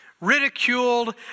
ridiculed